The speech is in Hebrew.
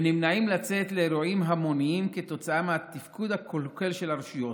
ונמנעים לצאת לאירועים המוניים כתוצאה מהתפקוד הקלוקל של הרשויות.